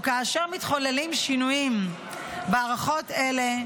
או כאשר מתחוללים שינויים בהערכות אלה,